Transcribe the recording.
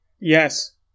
yes